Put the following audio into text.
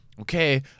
okay